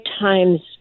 times